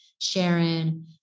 Sharon